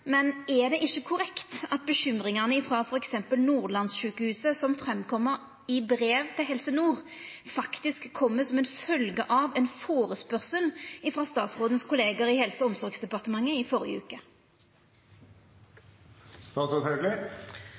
Men er det ikkje korrekt at bekymringane frå f.eks. Nordlandssjukehuset som kjem fram i brev til Helse Nord, faktisk er ei følgje av ein førespurnad frå statsråden sine kollegaer i Helse- og omsorgsdepartementet i